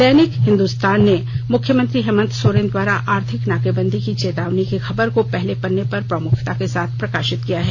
दैनिक हिंदुस्तान ने मुख्यमंत्री हेमंत सोरेन द्वारा आर्थिक नाकेबंदी की चेतावनी की खबर को पहले पन्ने पर प्रमुखता के साथ प्रकाशित किया है